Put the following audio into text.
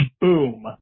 Boom